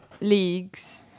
leagues